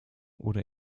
oder